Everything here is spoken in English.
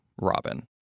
Robin